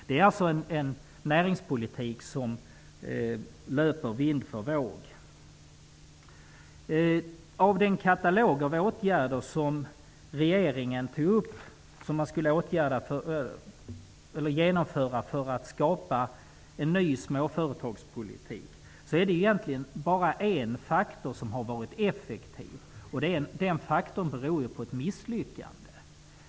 Det är en näringspolitik som löper vind för våg. I den katalog av åtgärder som regeringen skulle genomföra för att skapa en ny småföretagspolitik är det egentligen bara en faktor som har varit effektiv, och det beror på ett misslyckande.